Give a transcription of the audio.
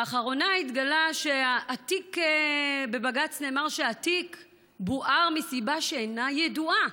לאחרונה התגלה שהתיק בבג"ץ נאמר שהתיק בוּער מסיבה שאינה ידועה.